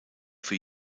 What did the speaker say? für